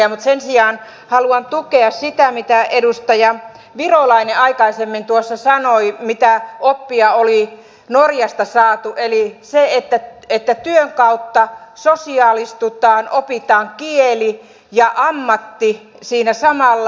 mutta sen sijaan haluan tukea sitä mitä edustaja virolainen aikaisemmin tuossa sanoi siitä mitä oppia oli norjasta saatu eli sitä että työn kautta sosiaalistutaan opitaan kieli ja ammatti siinä samalla